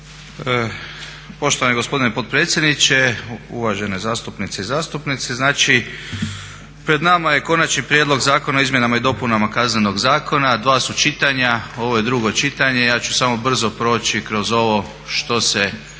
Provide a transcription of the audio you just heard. Poštovani gospodine potpredsjedniče. Uvažene zastupnice i zastupnici. Znači pred nama je Konačni prijedlog zakona o izmjenama i dopunama Kaznenog zakona, dva su čitanja, ovo je drugo čitanje, ja ću samo brzo proći kroz ovo što se